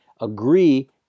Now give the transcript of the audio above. agree